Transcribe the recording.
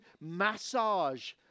massage